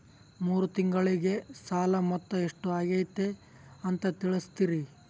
ಮೂರು ತಿಂಗಳಗೆ ಸಾಲ ಮೊತ್ತ ಎಷ್ಟು ಆಗೈತಿ ಅಂತ ತಿಳಸತಿರಿ?